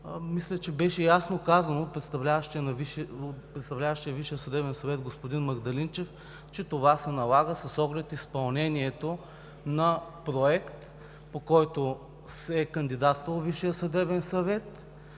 мисля, че беше ясно казано от представляващия Висшия съдебен съвет господин Магдалинчев, че това се налага с оглед изпълнението на проект, по който се кандидатства във Висшия съдебен съвет